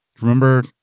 Remember